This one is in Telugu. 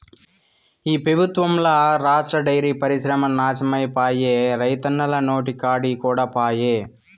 ఈ పెబుత్వంల రాష్ట్ర డైరీ పరిశ్రమ నాశనమైపాయే, రైతన్నల నోటికాడి కూడు పాయె